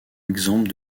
exemple